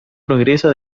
progresa